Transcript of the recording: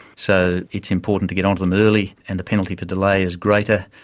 so it's important to get on to them early, and the penalty for delay is greater,